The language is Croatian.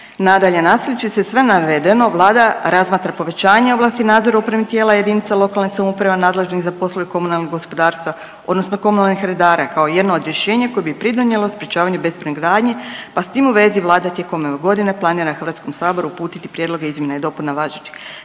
Nadalje, nastavljajući se na sve navedeno Vlada razmatra povećanje ovlasti nadzora upravnih tijela lokalne samouprave nadležnih za poslove komunalnih gospodarstva, odnosno komunalnih redara kao jedno od rješenja koje bi pridonijelo sprječavanju bespravne gradnje, pa s tim u vezi Vlada tijekom godine planira Hrvatskom saboru uputiti prijedloge izmjena i dopuna važećih